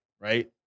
right